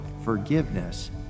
forgiveness